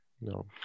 No